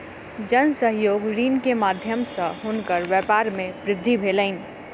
जन सहयोग ऋण के माध्यम सॅ हुनकर व्यापार मे वृद्धि भेलैन